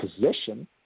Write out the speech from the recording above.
position